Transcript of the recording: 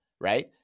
Right